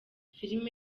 filime